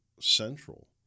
central